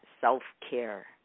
self-care